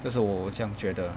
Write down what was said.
这是我我这样觉得